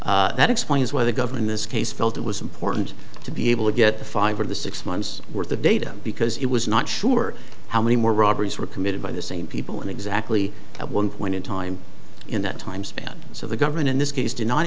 timeframe that explains why they govern this case felt it was important to be able to get the five or the six months worth of data because it was not sure how many more robberies were committed by the same people and exactly at one point in time in that time span so the government in this case did not